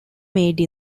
made